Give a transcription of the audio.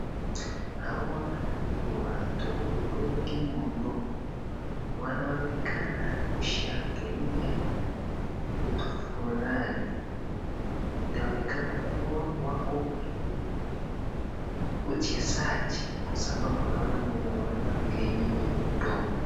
Hawa ni watu wengi mno wanaonekana kushangilia kitu fulani, inaonekana kuwa wako kwenye uchezaji kwa sababu naona mwenye ameweka firimbi kwenye mdomo.